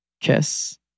kiss